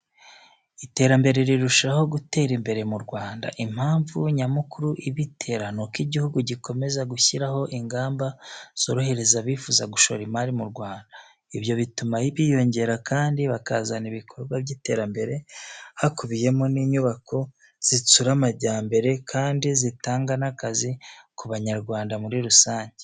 Iterambere rirushaho gutera imbere mu Rwanda. Impamvu nyamukuru ibitera nuko igihugu gikomeza gushyiraho ingamba zorohereza abifuza gushora imari mu Rwanda. Ibyo bituma biyongera kandi bakazana ibikorwa by'iterambere hakubiyemo n'inyubako zitsura amajyambere kandi zitanga n'akazi ku Banyarwanda muri rusange.